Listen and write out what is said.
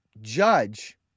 judge